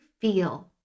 feel